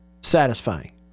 satisfying